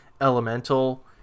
elemental